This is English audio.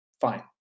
Fine